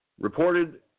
reported